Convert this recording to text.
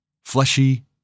fleshy